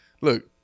Look